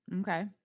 Okay